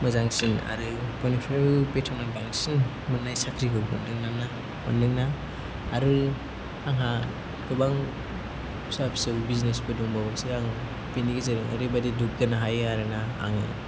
मोजांसिन आरो बयनिफ्रायबो बेथना बांसिन मोन्नाय साख्रिखौ मोनदों नालाय मोनदोंना आरो आंहा गोबां फिसा फिसौ बिजनेसबो दंबावोसो आं बिनि गेजेराव ओरैबायदि दुग्गानो हायो आरोना आङो